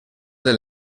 del